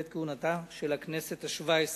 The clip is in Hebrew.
בעת כהונתה של הכנסת השבע-עשרה.